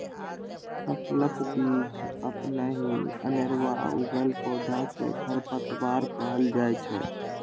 फसलक बीच अपनहि अनेरुआ उगल पौधा कें खरपतवार कहल जाइ छै